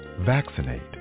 Vaccinate